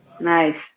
Nice